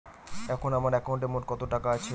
এখন আমার একাউন্টে মোট কত টাকা আছে?